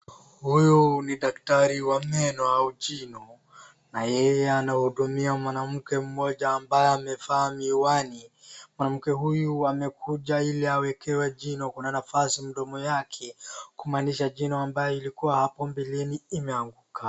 Huyu ni daktari wa meno au jino na yeye anahudumia mwanamke mmoja ambaye amevaa miwani. Mwanamke huyu amekuja ili awekewe jino kuna nafasi mdomo yake kuumanisha jino ambayo ilikua hapo mbeleni imeanguka.